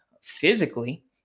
physically